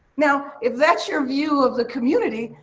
now, if that's your view of the community,